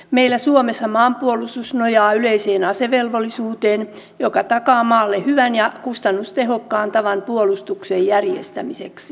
meillä suomessa maanpuolustus nojaa yleiseen asevelvollisuuteen joka takaa maalle hyvän ja kustannustehokkaan tavan puolustuksen järjestämiseksi